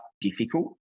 difficult